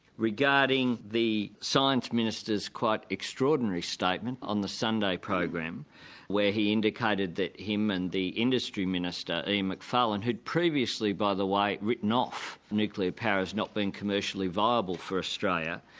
regarding the science minister's quite extraordinary statement on the sunday program where he indicated that him and the industry minister ian macfarlane who'd previously, by the way, written off nuclear power as not being commercially viable for australia,